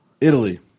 Italy